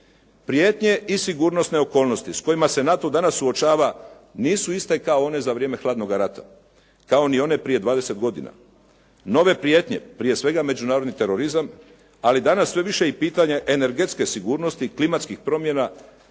Prijetnje i sigurnosne okolnosti s kojima se NATO danas suočava, nisu iste kao one za vrijeme hladnog rata, kao ni one prije 20 godina. Nove prijetnje, prije svega međunarodni terorizam, ali danas sve više i pitanje energetske sigurnosti, klimatskih promjena,